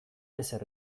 ezer